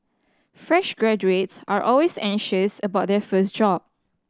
fresh graduates are always anxious about their first job